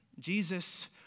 Jesus